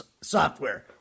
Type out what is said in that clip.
software